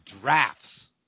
drafts